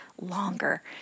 longer